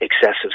excessive